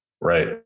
right